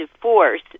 force